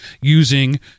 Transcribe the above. using